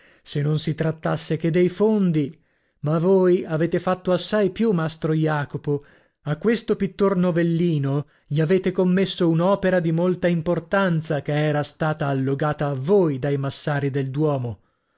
se non si trattasse che dei fondi ma voi avete fatto assai più mastro jacopo a questo pittor novellino gli avete commesso un'opera di molta importanza che era stata allogata a voi dai massari del duomo